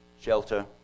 shelter